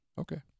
okay